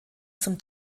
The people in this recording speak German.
zum